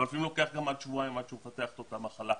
אבל לפעמים לוקח גם עד שבועיים עד שהוא מפתח את אותה מחלה,